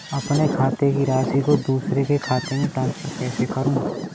अपने खाते की राशि को दूसरे के खाते में ट्रांसफर कैसे करूँ?